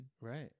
Right